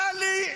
טלי,